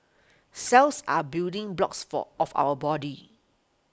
cells are building blocks for of our body